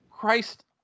Christ